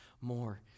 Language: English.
more